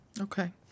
Okay